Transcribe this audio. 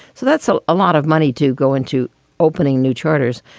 so that's so a lot of money to go into opening new charters.